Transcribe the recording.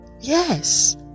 Yes